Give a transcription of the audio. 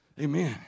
Amen